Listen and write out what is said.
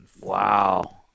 Wow